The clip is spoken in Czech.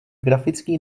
grafický